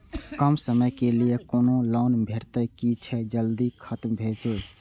कम समय के लीये कोनो लोन भेटतै की जे जल्दी खत्म भे जे?